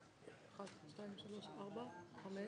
הצבעה בעד ההסתייגות 5 נגד,